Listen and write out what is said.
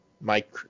Mike